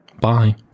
Bye